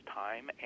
time